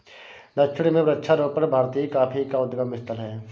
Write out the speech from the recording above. दक्षिण में वृक्षारोपण भारतीय कॉफी का उद्गम स्थल है